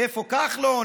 איפה כחלון?